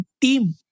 team